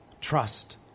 trust